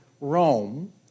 Rome